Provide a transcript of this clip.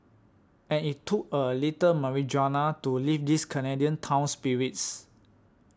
and it took a little marijuana to lift this Canadian town's spirits